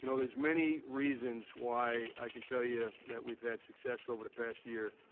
you know there's many reasons why i can tell you that we've had success over the past year.